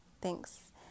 Thanks